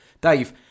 Dave